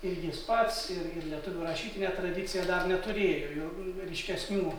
ir jis pats ir ir lietuvių rašytinė tradicija dar neturėjo jo ryškesnių